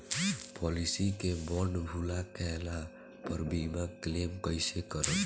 Policy के bond भुला गैला पर बीमा क्लेम कईसे करम?